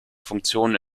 funktionen